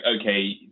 okay